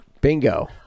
Bingo